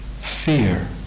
Fear